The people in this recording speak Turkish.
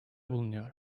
bulunuyor